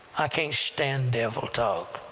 i can't stand devil-talk,